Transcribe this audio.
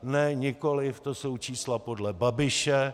Ne nikoliv, to jsou čísla podle Babiše.